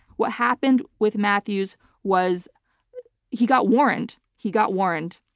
what happened with matthews was he got warrened. he got warrened.